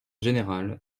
général